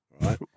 right